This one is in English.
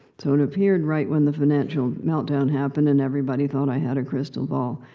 so, it appeared right when the financial meltdown happened, and everybody thought i had a crystal ball,